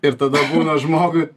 ir tada būna žmogui